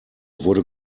wurde